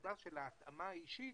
הנקודה של ההתאמה האישית,